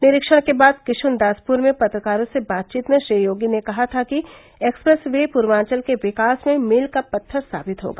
निरीक्षण के बाद किशुनदासपुर में पत्रकारों से बातचीत में श्री योगी ने कहा था कि एक्सप्रेस वे पूर्वाचल के विकास में मील का पत्थर साबित होगा